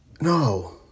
no